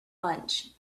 lunch